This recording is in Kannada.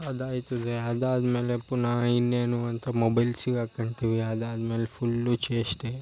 ಅದು ಆಯ್ತದೆ ಅದಾದ್ಮೇಲೆ ಪುನಃ ಇನ್ನೇನು ಅಂತ ಮೊಬೈಲ್ ಸಿಗಾಕೊಳ್ತೀವಿ ಅದಾದ್ಮೇಲೆ ಫುಲ್ಲು ಚೇಷ್ಟೆ